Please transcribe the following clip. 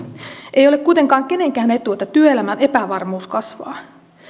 ei ole kuitenkaan kenenkään etu että työelämän epävarmuus kasvaa